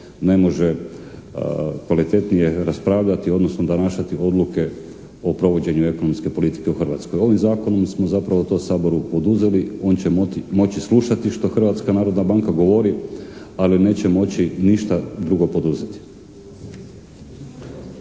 ne može kvalitetnije raspravljati, odnosno donašati odluke o provođenju ekonomske politike u Hrvatskoj. Ovim Zakonom smo zapravo to Saboru oduzeli, on će moći slušati što Hrvatska narodna banka govori, ali neće moći ništa drugo poduzeti.